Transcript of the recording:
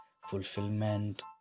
fulfillment